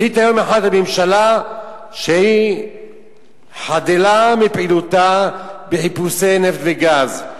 החליטה יום אחד הממשלה שהיא חדלה מפעילותה בחיפושי נפט וגז,